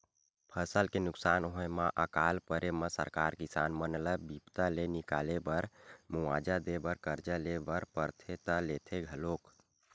फसल के नुकसान होय म अकाल परे म सरकार किसान मन ल बिपदा ले निकाले बर मुवाजा देय बर करजा ले बर परथे त लेथे घलोक